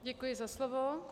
Děkuji za slovo.